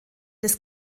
des